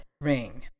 ring